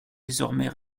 désormais